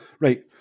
Right